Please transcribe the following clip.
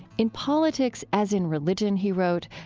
in politics as in religion he wrote,